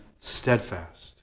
steadfast